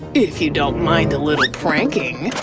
if you don't mind a little pranking,